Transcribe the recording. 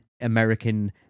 american